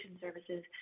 services